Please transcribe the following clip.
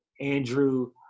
Andrew